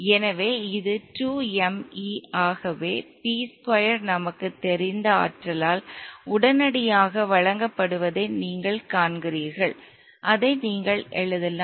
எனவே இது 2 m E ஆகவே p ஸ்கொயர் நமக்குத் தெரிந்த ஆற்றலால் உடனடியாக வழங்கப்படுவதை நீங்கள் காண்கிறீர்கள் அதை நீங்கள் எழுதலாம்